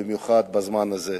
במיוחד בזמן הזה.